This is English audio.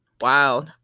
Wow